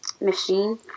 machine